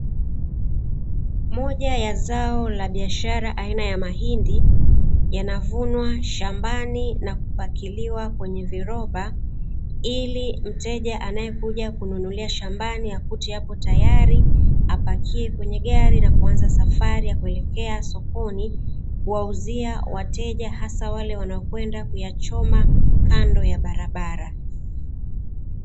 Moja ya zao la biashara aina ya mahindi yanavunwa shambani na kupakiliwa kwenye virob, hili mteja anayekuja kununulia shambani akute yapo tayali, apakie kwenye gari na kuanza safari ya kuelekea sokoni kuwauzia wateja hasa wale wanaokwenda kuyachoma kando ya barabara.